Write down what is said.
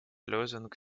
lösung